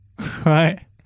right